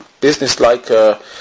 business-like